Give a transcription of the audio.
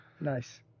Nice